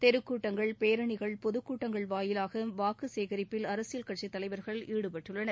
தெருக்கூட்டங்கள் பேரணிகள் பொதுக்கூட்டங்கள் வாயிலாக வாக்கு சேகரிப்பில் அரசியல் கட்சித் தலைவர்கள் ஈடுபட்டுள்னர்